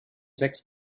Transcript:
sechs